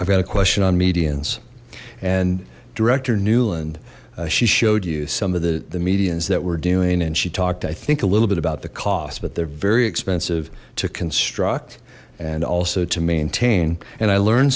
i've got a question on medians and director nuland she showed you some of the the medians that were doing and she talked i think a little bit about the cost but they're very expensive to construct and also to maintain and i learn